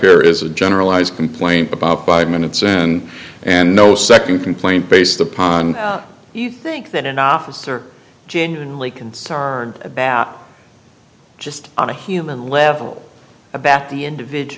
here is a generalized complaint about five minutes in and no second complaint based upon you think that an officer genuinely concerned about just on a human level about the ind